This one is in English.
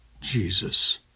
Jesus